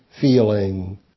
feeling